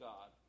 God